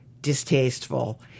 distasteful